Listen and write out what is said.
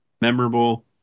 memorable